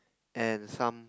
and some